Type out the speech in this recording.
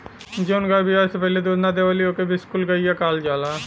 जवन गाय बियाये से पहिले दूध ना देवेली ओके बिसुकुल गईया कहल जाला